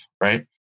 Right